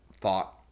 thought